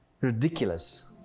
ridiculous